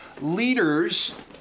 Leaders